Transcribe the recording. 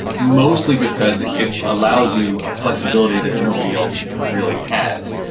mostly because it allows you a flexibility that nobody else really has.